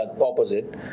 opposite